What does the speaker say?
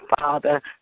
Father